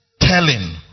telling